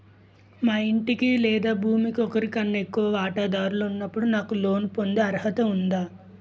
మా ఇంటికి లేదా భూమికి ఒకరికన్నా ఎక్కువ వాటాదారులు ఉన్నప్పుడు నాకు లోన్ పొందే అర్హత ఉందా?